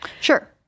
Sure